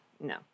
no